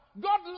God